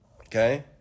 Okay